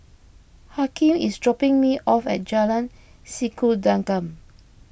Hakim is dropping me off at Jalan Sikudangan